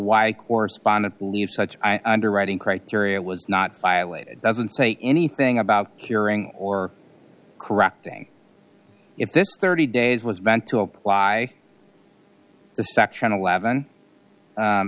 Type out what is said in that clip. why correspondent leave such i underwriting criteria was not violated doesn't say anything about curing or correcting if this thirty days was meant to apply to section eleven